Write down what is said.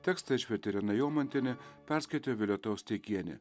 tekstą išvertė irena jomantienė perskaitė violeta austeikienė